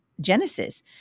genesis